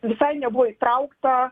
visai nebuvo įtraukta